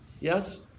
Yes